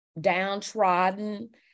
downtrodden